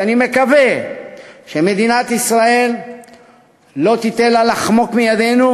ואני מקווה שמדינת ישראל לא תיתן לה לחמוק מידינו,